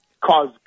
cause